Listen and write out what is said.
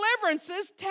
deliverances